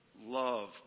Love